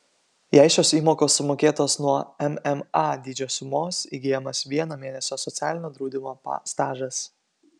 jei šios įmokos sumokėtos nuo mma dydžio sumos įgyjamas vieno mėnesio socialinio draudimo stažas